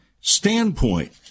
standpoint